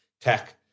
tech